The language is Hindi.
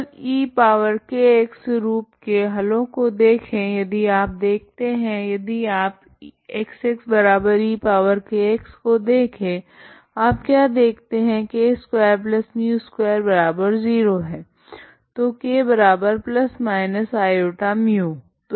केवल ekx रूप के हलों को देखे यदि आप देखते है यदि आप Xekx को देखे आप क्या देखते k2μ20 है